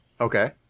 Okay